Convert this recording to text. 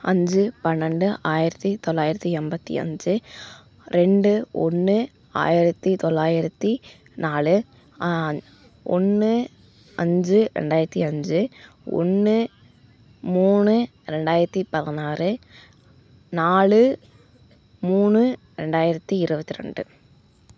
அஞ்சு பன்னண்டு ஆயிரத்தி தொள்ளாயிரத்தி எண்பத்தி அஞ்சு ரெண்டு ஒன்று ஆயிரத்தி தொள்ளாயிரத்தி நாலு ஒன்று அஞ்சு ரெண்டாயிரத்தி அஞ்சு ஒன்று மூனு ரெண்டாயிரத்தி பதினாறு நாலு மூணு ரெண்டாயிரத்தி இருபத்தி ரெண்டு